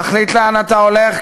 תחליט לאן אתה הולך,